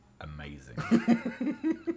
amazing